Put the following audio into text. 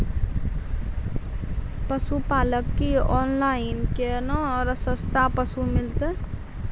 पशुपालक कऽ ऑनलाइन केना सस्ता पसु मिलतै?